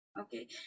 okay